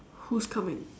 who's coming